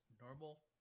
normal